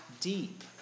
deep